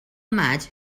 maig